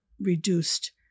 reduced